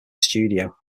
studio